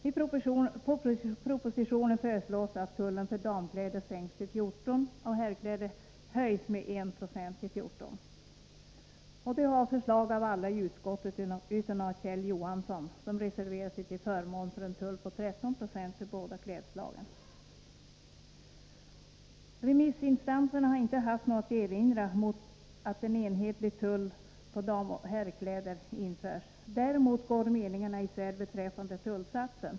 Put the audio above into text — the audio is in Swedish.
I propositionen föreslår man att tullen för damkläder sänks till 14 96 och att tullen för herrkläder höjs med 1 90 till 14 20. Detta förslag har stöd av alla i utskottet utom Kjell Johansson, som reserverar sig till förmån för en tull på 13 90 för båda klädslagen. Remissinstanserna har inte haft något att erinra mot att en enhetlig tull på damoch herrkläder införs. Däremot går meningarna isär beträffande tullsatsen.